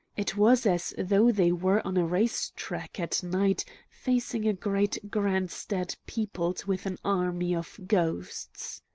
it was as though they were on a race-track at night facing a great grandstand peopled with an army of ghosts.